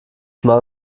mal